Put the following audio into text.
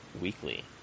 weekly